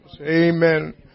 Amen